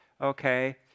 Okay